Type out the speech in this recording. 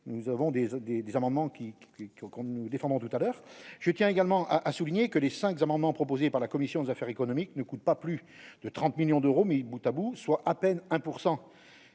des, des, des amendements qui qu'on qu'on nous défendrons tout à l'heure je tiens également à souligner que les 5 amendements proposé par la commission des affaires économiques ne coûte pas plus de 30 millions d'euros mis Boutabout, soit à peine 1